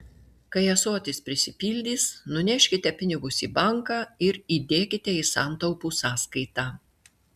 kai ąsotis prisipildys nuneškite pinigus į banką ir įdėkite į santaupų sąskaitą